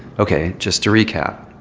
okay. just to recap.